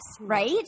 right